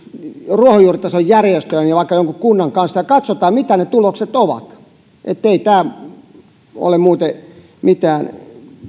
ruohonjuuritason järjestöjen ja vaikka jonkun kunnan kanssa ja katsottaisiin mitä ne tulokset ovat ei tämä ole muuten mitään